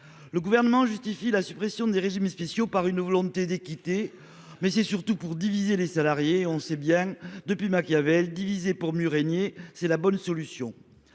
Le Gouvernement justifie la suppression des régimes spéciaux par une volonté d'équité, mais il s'agit surtout de diviser les salariés. On le sait bien, depuis Machiavel, diviser pour mieux régner, c'est la solution.